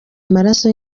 amaraso